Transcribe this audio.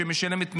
שמשלמת מיסים,